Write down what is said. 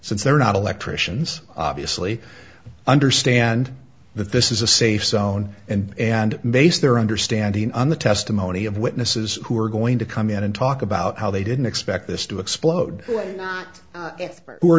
since they're not electricians obviously understand that this is a safe zone and and based their understanding on the testimony of witnesses who are going to come in and talk about how they didn't expect this to explode